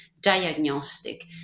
diagnostic